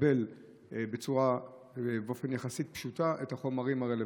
לקבל באופן יחסית פשוט את החומרים הרלוונטיים,